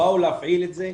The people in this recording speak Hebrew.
באו להפעיל את זה,